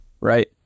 right